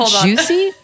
juicy